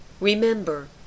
Remember